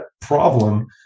problem